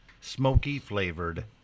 smoky-flavored